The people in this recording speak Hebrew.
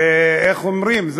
איך אומרים,